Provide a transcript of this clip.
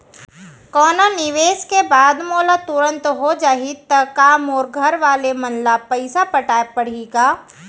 कोनो निवेश के बाद मोला तुरंत हो जाही ता का मोर घरवाले मन ला पइसा पटाय पड़ही का?